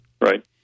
Right